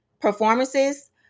performances